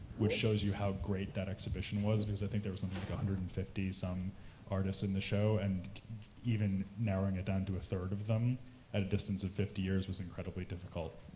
which shows you how great that exhibition was, because i think there was one like ah hundred and fifty some artists in the show, and even narrowing it down to a third of them at a distance of fifty years was incredibly difficult,